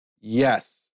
yes